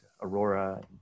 Aurora